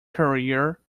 career